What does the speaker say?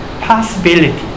possibility